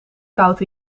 koud